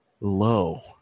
Lo